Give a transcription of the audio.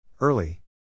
Early